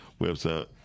website